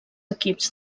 equips